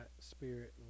spirit